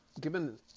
given